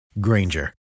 Granger